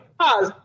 pause